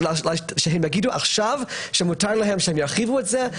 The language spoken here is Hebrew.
שהם יגידו עכשיו שמותר להרחיב את זה,